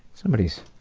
somebody's,